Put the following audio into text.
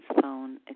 phone